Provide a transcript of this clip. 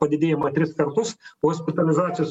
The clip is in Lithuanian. padidėjimą tris kartus hospitalizacijos